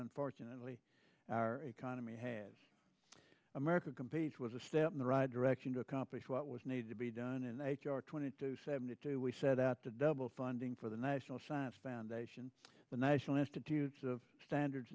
unfortunately our economy has america competes was a step in the right direction to accomplish what was needed to be done in h r twenty two seventy two we set out to double funding for the national science foundation the national institutes of standards